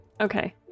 Okay